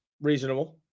Reasonable